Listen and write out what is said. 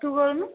ତୁ କରୁନୁ